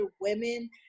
women